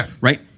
right